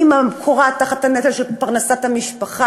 כשהאימא כורעת תחת הנטל של פרנסת המשפחה,